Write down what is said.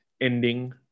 ending